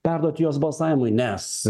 perduot jos balsavimui nes